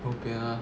bo pian ah